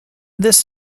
this